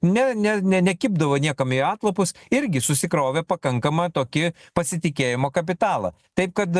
ne ne ne nekibdavo niekam į atlapus irgi susikrovė pakankamą tokį pasitikėjimo kapitalą taip kad